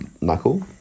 knuckle